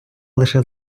лише